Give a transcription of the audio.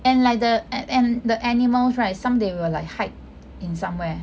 and like the and the animals right some they will like hide in somewhere